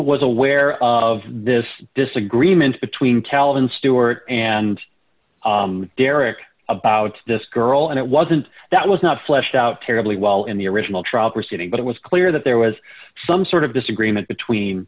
was aware of this disagreement between calvin stewart and derek about this girl and it wasn't that was not fleshed out terribly well in the original trial proceeding but it was clear that there was some sort of disagreement between